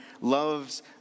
loves